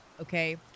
okay